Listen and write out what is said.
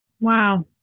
Wow